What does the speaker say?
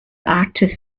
artists